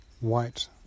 white